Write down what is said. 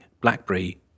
BlackBerry